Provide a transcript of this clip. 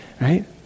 right